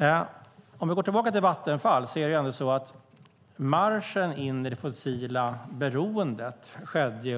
Låt oss gå tillbaka till Vattenfall. Marschen in i det fossila beroendet skedde